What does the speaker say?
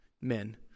men